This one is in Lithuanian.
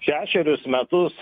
šešerius metus